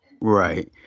right